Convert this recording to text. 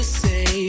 say